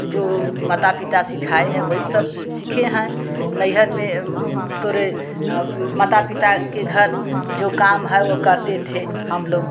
जो माता पिता सिखाए हैं वही सब सीखे हैं नैहर में तोरे माता पिता के घर जो काम है वो करते थे हम लोग